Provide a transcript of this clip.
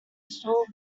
store